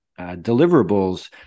deliverables